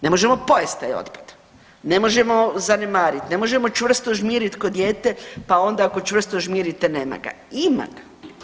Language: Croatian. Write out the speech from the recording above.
Ne možemo pojesti taj otpad, ne možemo zanemarit, ne možemo čvrsto žmirit ko dijete pa onda ako čvrsto žmirite nema ga, ima ga.